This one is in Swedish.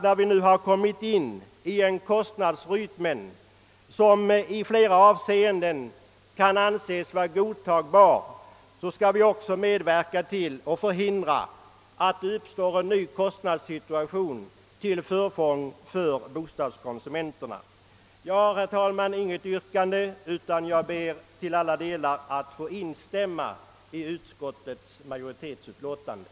När vi nu fått en kostnadsutveckling som i flera avseenden kan anses positiv, är det viktigt att hindra att det uppstår en kostnadssituation som är till förfång för bostadskonsumenterna. Herr talman! Jag har inget yrkande utan ber att till alla delar få instämma i utskottets förslag.